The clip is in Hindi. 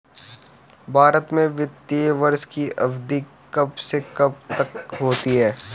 भारत में वित्तीय वर्ष की अवधि कब से कब तक होती है?